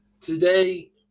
today